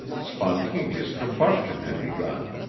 spontaneous combustion had begun.